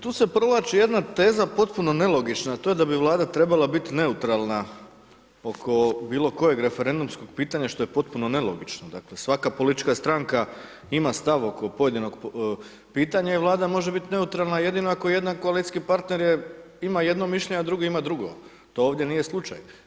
Tu se provlači jedna teza potpuno nelogična a to je da bi Vlada trebala biti neutralna oko bilokojeg referendumskog pitanja što je potpuno nelogično, dakle, svaka politička stranka ima stav oko pojedinog pitanja i Vlada može biti neutralna jedino ako jedan koalicijski partner ima jedno mišljenje a drugi ima drugo, to ovdje nije slučaj.